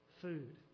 food